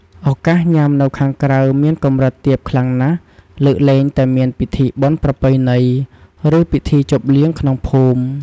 ឱកាសញ៉ាំនៅខាងក្រៅមានកម្រិតទាបខ្លាំងណាស់ លើកលែងតែមានពិធីបុណ្យប្រពៃណី ឬពិធីជប់លៀងក្នុងភូមិ។